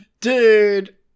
Dude